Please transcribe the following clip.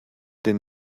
den